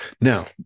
Now